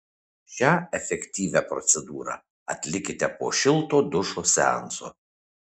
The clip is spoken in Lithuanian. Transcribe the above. šią efektyvią procedūrą atlikite po šilto dušo seanso